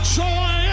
joy